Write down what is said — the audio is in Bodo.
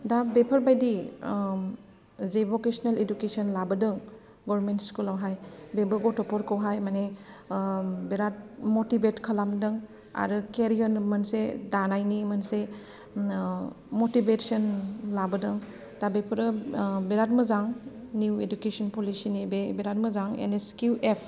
दा बेफोरबायदि जे भकेसनेल इडुकेसन लाबोदों गभर्नमेन्ट स्कुलआवहाय बेबो गथ'फोरखौहाय माने बिराद मटिभेट खालामदों आरो केरियार मोनसे दानायनि मोनसे मटिभेसन लाबोदों दा बेफोरो बिराद मोजां निउ इडुकेसन पलिसिनि बे बिराद मोजां एन एस किउ एफ